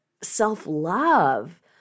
self-love